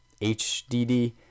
HDD